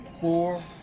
four